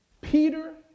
Peter